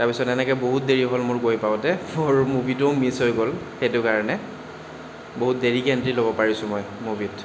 তাৰ পিছত এনেকে বহুত দেৰি হ'ল মোৰ গৈ পাওঁতে মোৰ মুভিটো মিছ হৈ গ'ল সেইটো কাৰণে বহুত দেৰিকে এণ্ট্ৰি লব পাৰিছোঁ মই মুভিত